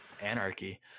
anarchy